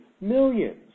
Millions